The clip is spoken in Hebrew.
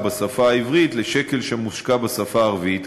בשפה העברית לשקל שמושקע בשפה הערבית,